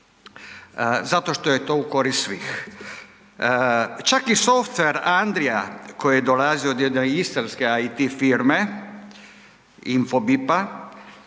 zato što je to u korist svih. Čak i software Andrija koji dolazi od jedne istarske IT firme Infobip-a